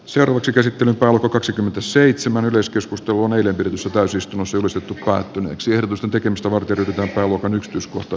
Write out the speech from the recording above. seuraavaksi käsittely alko kaksikymmentäseitsemän ylistys tuo näiden yritysten pääsystä asumisen tukea yksi ehdotusten tekemistä varten rahaa mukana jos kohta